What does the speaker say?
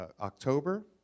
October